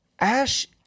Ash